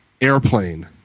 airplane